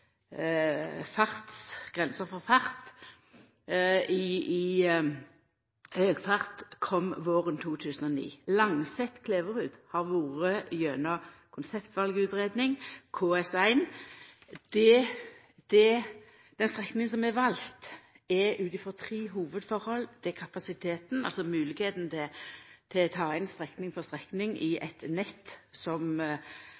for høg fart kom våren 2009. Langset–Kleverud har vore gjennom konseptvalutgreiing, KS1. Den strekninga som er vald, er vald ut frå tre hovudforhold. Det er kapasiteten, altså moglegheita til å ta inn strekning for strekning i